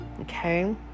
Okay